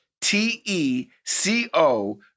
T-E-C-O-